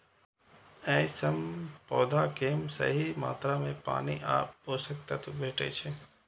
अय सं पौधा कें सही मात्रा मे पानि आ पोषक तत्व भेटै छै